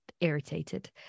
irritated